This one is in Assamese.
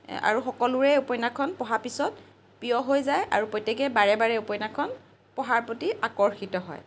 আৰু সকলোৰে উপন্যাসখন পঢ়াৰ পিছত প্ৰিয় হৈ যায় আৰু প্ৰত্যেকেই বাৰে বাৰে উপন্যাসখন পঢ়াৰ প্ৰতি আকৰ্ষিত হয়